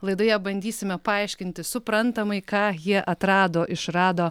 laidoje bandysime paaiškinti suprantamai ką jie atrado išrado